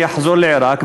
אני אחזור לעיראק,